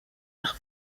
air